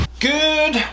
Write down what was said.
Good